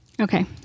Okay